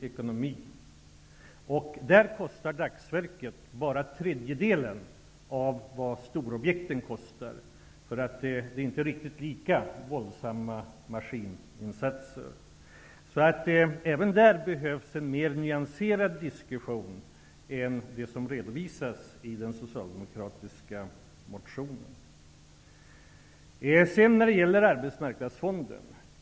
Dagsverket för dessa vägar kostar bara trejedelen av vad storobjekten kostar, därför att maskininsatserna inte är riktigt lika våldsamma. Även här behövs en mer nyanserad diskussion, än den som redovisas i den socialdemokratiska motionen. Så går jag över till Arbetsmarknadsfonden.